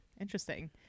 interesting